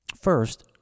First